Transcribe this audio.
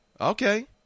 Okay